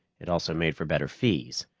it also made for better fees.